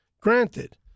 granted